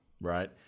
Right